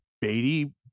Beatty